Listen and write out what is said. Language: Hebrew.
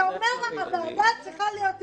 אתה אומר שהוועדה צריכה להיות עיוורת.